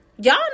Y'all